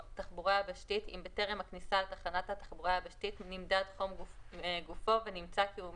יש לכם נתונים כמה